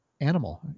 animal